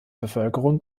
bevölkerung